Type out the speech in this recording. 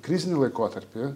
krizinį laikotarpį